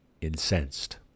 incensed